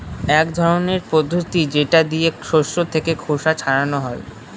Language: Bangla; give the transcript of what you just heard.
এক ধরনের পদ্ধতি যেটা দিয়ে শস্য থেকে খোসা ছাড়ানো হয়